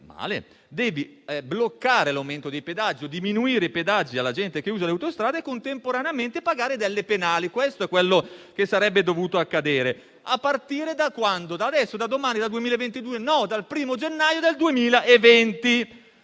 Male, devi bloccare l'aumento dei pedaggi o diminuire i pedaggi alla gente che usa le autostrade e contemporaneamente pagare delle penali. Questo è quello che sarebbe dovuto accadere, a partire da quando? Da adesso, da domani, dal 2022? No, dal primo gennaio 2020.